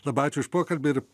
labai ačiū už pokalbį ir